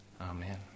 Amen